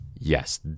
Yes